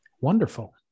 wonderful